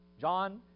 John